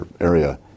area